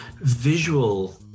visual